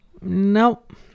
nope